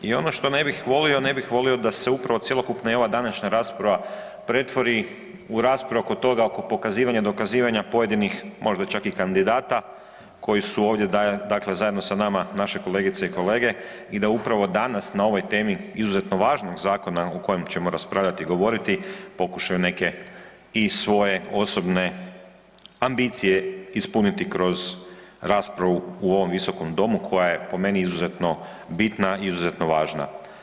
I ono što ne bih volio, ne bih volio da se upravo cjelokupna i ova današnja rasprava pretvori u raspravu oko toga, oko pokazivanja, dokazivanja pojedinih možda čak i kandidata koji su ovdje dakle zajedno sa nama, naše kolegice i kolege i da upravo danas na ovoj temi, izuzetno važnog zakona o kojem ćemo raspravljati i govoriti pokušaju i neke svoje osobne ambicije ispuniti kroz raspravu u ovom Visokom domu koja je po meni izuzetno bitna i izuzetno važna.